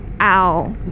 ow